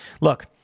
Look